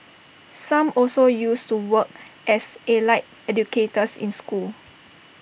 some also used to work as allied educators in schools